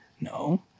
No